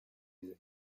des